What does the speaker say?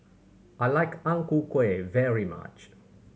I like Ang Ku Kueh very much